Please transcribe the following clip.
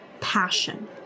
passion